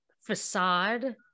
facade